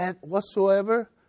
whatsoever